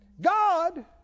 God